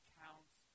counts